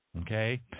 Okay